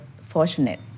fortunate